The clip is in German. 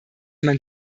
man